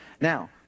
Now